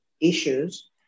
issues